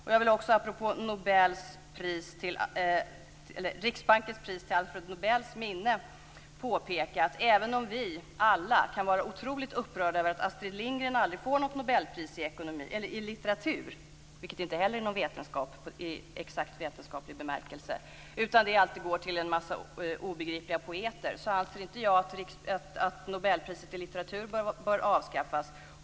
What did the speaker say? Jag vill också apropå Riksbankens pris till Alfred Nobels minne påpeka att även om vi alla kan vara otroligt upprörda över att Astrid Lindgren aldrig får något nobelpris i litteratur, vilket inte heller är någon vetenskap i exakt vetenskaplig bemärkelse, utan att det alltid går till en massa obegripliga poeter, så anser inte jag att nobelpriset i litteratur bör avskaffas.